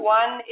one